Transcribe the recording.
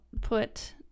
put